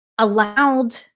allowed